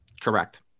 Correct